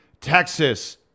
Texas